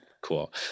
Cool